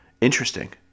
interesting